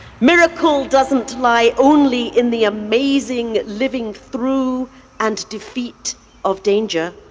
miracle doesn't lie only in the amazing living through and defeat of danger.